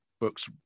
books